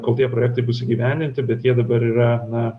kol tie projektai bus įgyvendinti bet jie dabar yra na